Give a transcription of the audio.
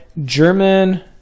German